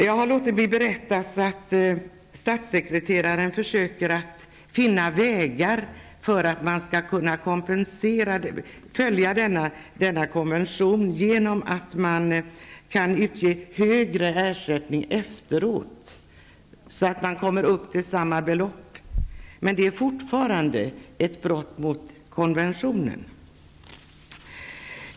Jag har låtit mig berättas att statssekreteraren försöker att finna vägar att kunna följa denna konvention genom att utge högre ersättning efteråt, så att man kommer upp till samma belopp. Men det är fortfarande ett brott mot konventionen.